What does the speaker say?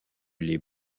les